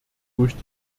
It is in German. durch